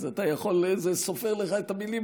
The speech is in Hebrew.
זה סופר לך את המילים,